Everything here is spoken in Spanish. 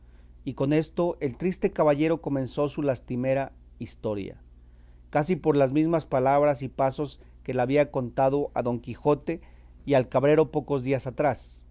y con esto el triste caballero comenzó su lastimera historia casi por las mesmas palabras y pasos que la había contado a don quijote y al cabrero pocos días atrás